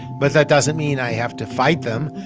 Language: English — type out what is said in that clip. but that doesn't mean i have to fight them?